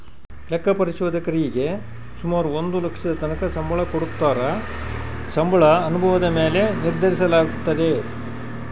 ಲೆಕ್ಕ ಪರಿಶೋಧಕರೀಗೆ ಸುಮಾರು ಒಂದು ಲಕ್ಷದತಕನ ಸಂಬಳ ಕೊಡತ್ತಾರ, ಸಂಬಳ ಅನುಭವುದ ಮ್ಯಾಲೆ ನಿರ್ಧರಿಸಲಾಗ್ತತೆ